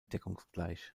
deckungsgleich